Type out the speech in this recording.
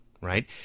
right